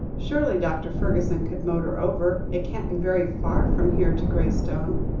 surely, dr. fergusson could motor over? it can't be very far from here to graystone.